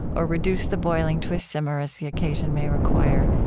or reduce the boiling to a simmer as the occasion may require.